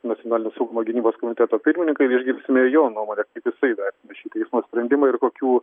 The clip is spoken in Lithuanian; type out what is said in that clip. nacionalinio saugumo gynybos komiteto pirmininką ir išgirsime ir jo nuomonę kaip jisai vertina šį teismo sprendimai ir kokių